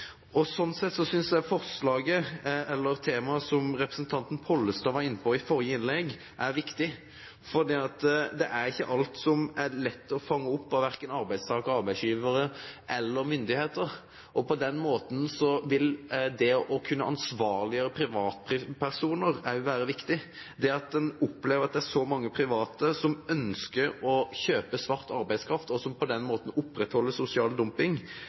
Sånn sett synes jeg temaet som representanten Pollestad var inne på i forrige innlegg, er viktig, for det er ikke alt som er lett å fange opp, verken av arbeidstakere, arbeidsgivere eller myndigheter. På den måten vil det å kunne ansvarliggjøre privatpersoner også være viktig. Det at en opplever at det er så mange private som ønsker å kjøpe svart arbeidskraft, og som på den måten opprettholder sosial dumping,